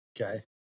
Okay